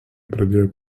pradėjo